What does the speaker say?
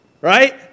Right